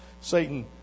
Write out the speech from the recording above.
Satan